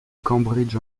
cambridge